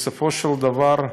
בסופו של דבר,